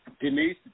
Denise